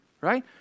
Right